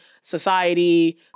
society